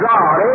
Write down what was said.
God